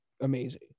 amazing